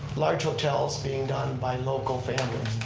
large hotels being done by local families.